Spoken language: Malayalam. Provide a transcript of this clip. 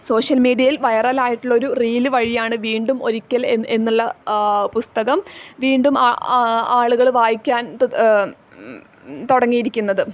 സോഷ്യൽ മീഡിയയിൽ വൈറലായിട്ടുള്ളൊരു റീല് വഴിയാണ് വീണ്ടും ഒരിക്കൽ എന്നുള്ള പുസ്തകം വീണ്ടും ആളുകൾ വായിക്കാൻ തുടങ്ങിയിരിക്കുന്നത്